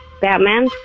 Batman